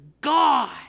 God